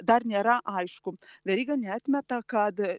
dar nėra aišku veryga neatmeta kad